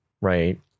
right